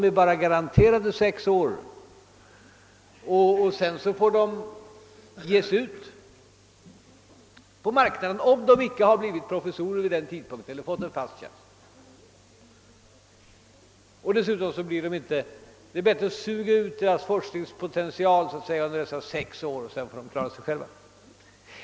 De är bara garanterade sex år, och sedan får de ge sig ut på marknaden om de icke dessförinnan blivit professorer eller fått någon annan fast tjänst. Det gäller bara att suga ut deras forskningspotential under dessa sex år, och sedan får de klara sig själva.